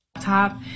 Top